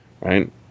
right